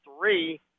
three